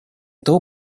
этот